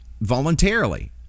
voluntarily